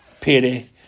pity